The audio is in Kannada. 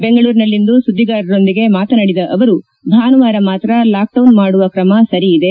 ಬೆಂಗಳೂರಿನಲ್ಲಿಂದು ಸುದ್ದಿಗಾರರೊಂದಿಗೆ ಮಾತನಾಡಿದ ಅವರು ಭಾನುವಾರ ಮಾತ್ರ ಲಾಕ್ ಡೌನ್ ಮಾಡುವ ಕ್ರಮ ಸರಿಯಿದೆ